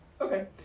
Okay